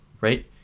right